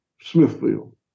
Smithfield